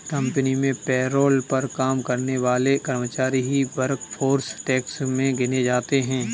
company में payroll पर काम करने वाले कर्मचारी ही वर्कफोर्स टैक्स में गिने जाते है